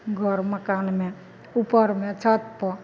घर मकानमे उपरमे छतपर